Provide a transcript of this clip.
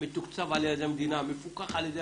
מתוקצב על ידי המדינה,